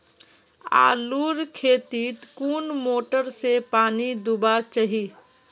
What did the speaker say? आलूर खेतीत कुन मोटर से पानी दुबा चही?